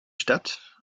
stadt